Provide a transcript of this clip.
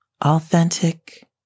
authentic